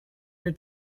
your